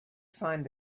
find